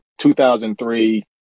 2003